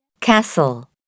Castle